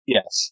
Yes